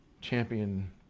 champion